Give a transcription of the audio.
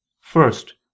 First